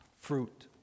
fruit